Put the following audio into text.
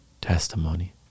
testimony